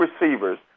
receivers